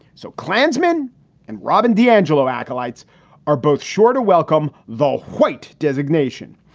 so klansmen and robin d'angelo acolytes are both sure to welcome the white designation.